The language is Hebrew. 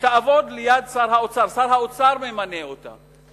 שתעבוד ליד שר האוצר, שר האוצר ממנה אותה.